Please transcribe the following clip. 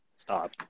Stop